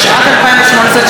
התשע"ט 2018,